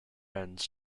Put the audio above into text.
ends